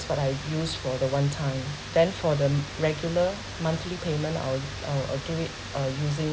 what I use for the one time then for the regular monthly payment I will I will alternate uh using